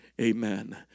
Amen